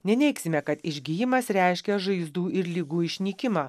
neneigsime kad išgijimas reiškia žaizdų ir ligų išnykimą